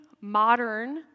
modern